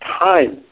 time